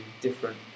different